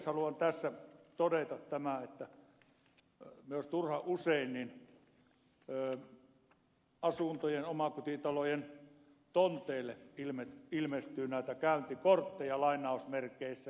haluan tässä todeta tämän että myös turhan usein asuntojen omakotitalojen tonteille ilmestyy näitä käyntikortteja